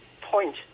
point